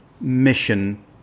mission